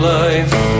life